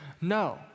No